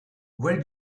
where